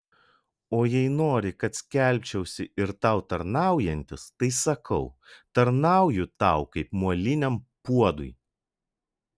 o jei nori kad skelbčiausi ir tau tarnaujantis tai sakau tarnauju tau kaip moliniam puodui